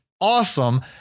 awesome